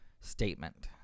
statement